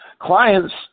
Clients